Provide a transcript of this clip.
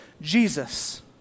Jesus